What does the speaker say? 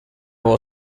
will